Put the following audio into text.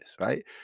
right